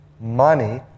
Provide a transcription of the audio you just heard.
money